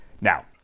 Now